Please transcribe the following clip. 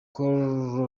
col